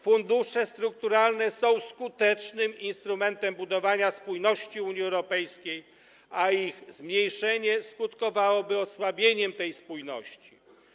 Fundusze strukturalne są skutecznym instrumentem budowania spójności Unii Europejskiej, a ich zmniejszenie skutkowałoby osłabieniem tej spójności.